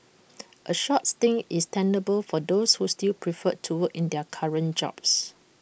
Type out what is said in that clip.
A short stint is tenable for those who still prefer to work in their current jobs